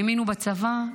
האמינו בצבא,